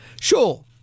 Sure